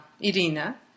Irina